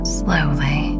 slowly